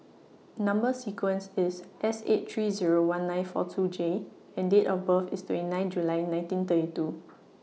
Number sequence IS S eight three Zero one nine four two J and Date of birth IS twenty nine July nineteen thirty two